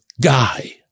guy